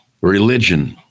religion